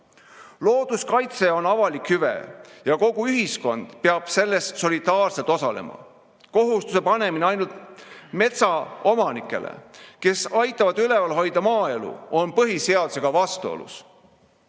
Looduskaitse on avalik hüve ja kogu ühiskond peab selles solidaarselt osalema. Kohustuse panemine ainult metsaomanikele, kes aitavad üleval hoida maaelu, on põhiseadusega vastuolus.